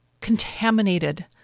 contaminated